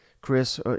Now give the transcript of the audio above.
Chris